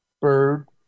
Bird